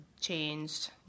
changed